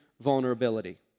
vulnerability